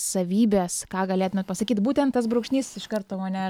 savybės ką galėtumėt pasakyt būtent tas brūkšnys iš karto mane